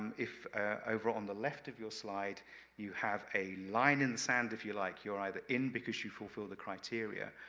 um if over on the left of your slide you have a line in the sand, if you like, you're either in because you fulfill the criteria.